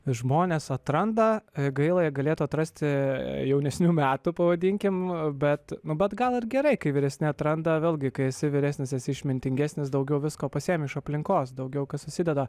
žmonės atranda gaila jie galėtų atrasti jaunesnių metų pavadinkim bet nu bet gal ir gerai kai vyresni atranda vėlgi kai esi vyresnis esi išmintingesnis daugiau visko pasiimi iš aplinkos daugiau kas susideda